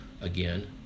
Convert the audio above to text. again